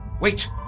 Wait